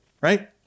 Right